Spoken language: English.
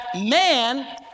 man